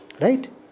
Right